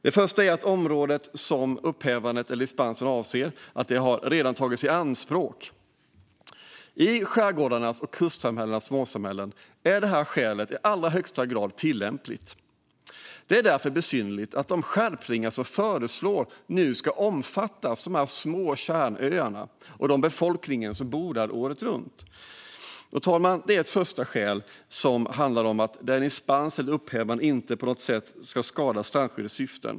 Det första är att området som upphävandet eller dispensen avser redan har tagits i anspråk. I skärgårdarnas och kusternas småsamhällen är det här skälet i allra högsta grad tillämpligt. Det är därför besynnerligt att de skärpningar som föreslås ska omfatta de här små kärnöarna och den befolkning som bor där året runt. Fru talman! Det första skälet handlar om att en dispens eller ett upphävande inte på något sätt ska skada strandskyddets syften.